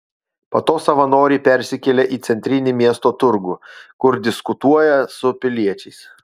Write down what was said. po to savanoriai persikelia į centrinį miesto turgų kur diskutuoja su piliečiais